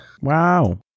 Wow